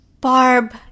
Barb